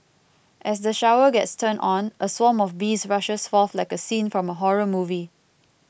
as the shower gets turned on a swarm of bees rushes forth like a scene from a horror movie